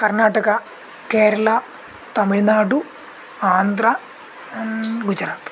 Karnataka Kerala Tamil Nadu Andhra Gujarat